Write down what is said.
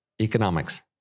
Economics